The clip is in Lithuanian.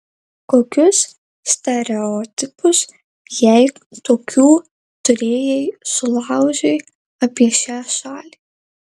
kokius stereotipus jei tokių turėjai sulaužei apie šią šalį